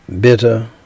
bitter